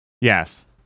Yes